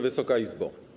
Wysoka Izbo!